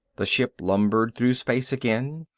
the ship lumbered through space again,